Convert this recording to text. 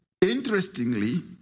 Interestingly